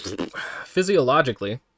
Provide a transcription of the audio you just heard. Physiologically